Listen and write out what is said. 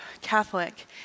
Catholic